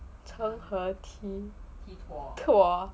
成何体统